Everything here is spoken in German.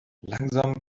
langsam